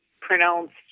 pronounced